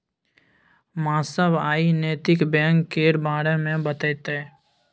मास्साब आइ नैतिक बैंक केर बारे मे बतेतै